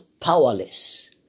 powerless